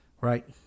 right